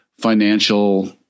financial